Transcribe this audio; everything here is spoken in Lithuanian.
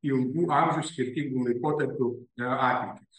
ilgų amžių skirtingų laikotarpių atmintį